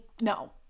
No